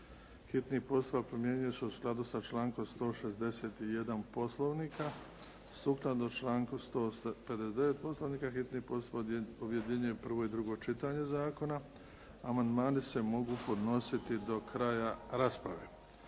Hitni postupak primjenjuje se u skladu sa člankom 161. Poslovnika. Sukladno članku 159. Poslovnika hitni postupak objedinjuje prvo i drugo čitanje zakona. Amandmani se mogu podnositi do kraja rasprave.